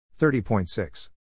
30.6